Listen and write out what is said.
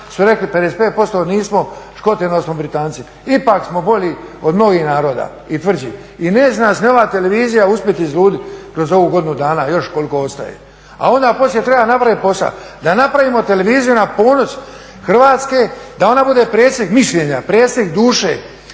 su rekli, 55% nismo Škoti, nego smo Britanci. Ipak smo bolji od mnogih naroda i tvrđi i neće nas ni ova televizija uspjeti izluditi kroz ovu godinu dana još koliko ostaje. A onda poslije treba napraviti posao, da napravimo televiziju na ponos Hrvatske, da ona bude presjek mišljenja, presjek duše,